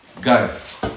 Guys